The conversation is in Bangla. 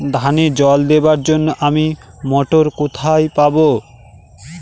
ধানে জল দেবার জন্য আমি মটর কোথায় পাবো?